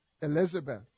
Elizabeth